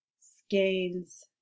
skeins